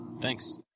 Thanks